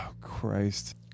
Christ